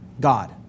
God